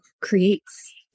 creates